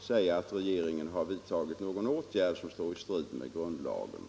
säga att regeringen har vidtagit någon åtgärd som står i strid med grund lagen.